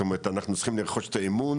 זאת אומרת אנחנו צריכים לרכוש את האמון,